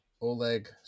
Oleg